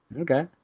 Okay